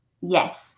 Yes